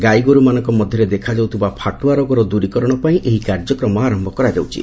ଗାଇଗୋରୁମାନଙ୍କ ମଧ୍ୟରେ ଦେଖାଯାଉଥିବା ଫାଟୁଆ ରୋଗର ଦୂରୀକରଣ ପାଇଁ ଏହି କାର୍ଯ୍ୟକ୍ରମ ଆରମ୍ଭ କରାଯାଉଛି